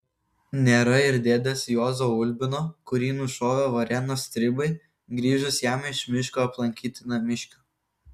nėra ir dėdės juozo ulbino kurį nušovė varėnos stribai grįžus jam iš miško aplankyti namiškių